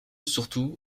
surtout